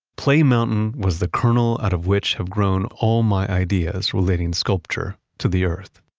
play mountain was the kernel out of which have grown all my ideas relating sculpture to the earth.